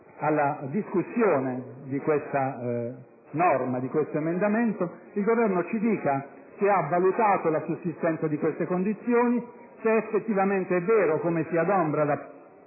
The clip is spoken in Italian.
alla discussione di questo emendamento il Governo ci dica se ha valutato la sussistenza di tali condizioni e se effettivamente è vero - come si adombra da